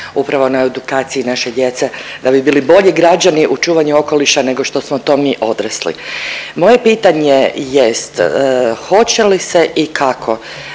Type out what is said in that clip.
upravo na edukaciji naše djece da bi bili bolji građani, u čuvanju okoliša nego što smo to mi odrasli. Moje pitanje jest hoće li se i kako